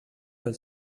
pel